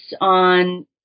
on